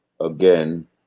again